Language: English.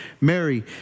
Mary